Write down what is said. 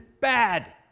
bad